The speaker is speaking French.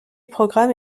programme